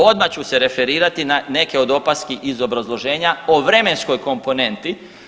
Odmah ću se referirati na neke opaski iz obrazloženja, o vremenskoj komponenti.